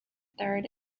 third